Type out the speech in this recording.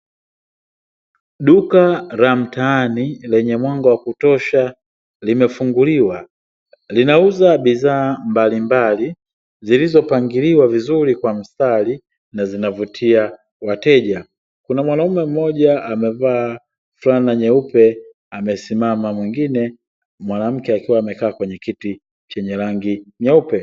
Duka la mtaani lenye mwanga wa kutosha limefunguliwa, linauza bidhaa mbalimbali zilizopangiliwa vizuri kwa mstari na zinavutia wateja, kuna mwanaume mmoja amevaa fulana nyeupe amesimama mwingine mwanamke akiwa amekaa kwenye kiti chenye rangi nyeupe.